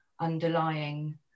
underlying